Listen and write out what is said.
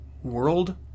world